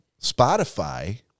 Spotify